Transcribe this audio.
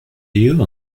you